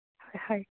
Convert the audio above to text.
হয়